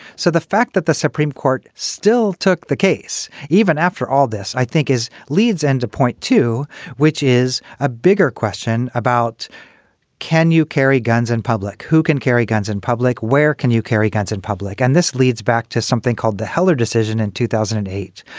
so the fact that the supreme court still took the case even after all this, i think is leads and a point to which is a bigger question about can you carry guns in public? who can carry guns in public? where can you carry guns in public? and this leads back to something called the heller decision in two thousand and eight,